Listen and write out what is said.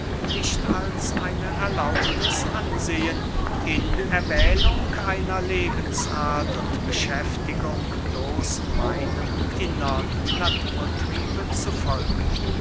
nicht als eine erlaubniß ansehen in erwählung einer lebensart und beschäftigung bloß meinem innern naturtriebe zu folgen